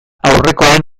aurrekoaren